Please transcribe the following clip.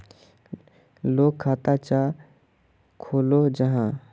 लोग खाता चाँ खोलो जाहा?